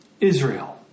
Israel